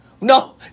No